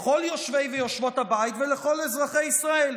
לכל יושבי ויושבות הבית ולכל אזרחי ישראל: